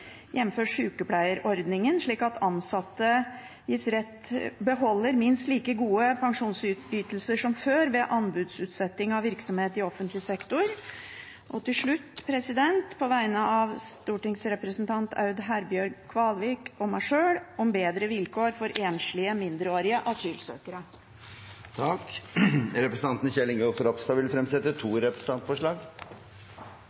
slik at ansatte rett beholder minst like gode pensjonsytelser som før ved anbudsutsetting av virksomhet i offentlig sektor, og – til slutt – på vegne av stortingsrepresentantene Aud Herbjørg Kvalvik og meg sjøl forslag om bedre vilkår for enslige mindreårige asylsøkere. Representanten Kjell Ingolf Ropstad vil fremsette to